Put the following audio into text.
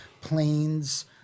planes